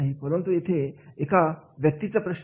परंतु येथे एका व्यक्तीचा प्रश्न नाही